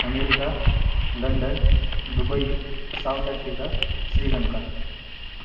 America London Dubai South Africa Sri Lanka